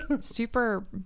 super